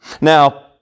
Now